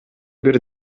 бир